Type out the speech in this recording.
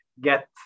get